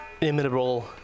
imitable